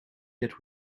that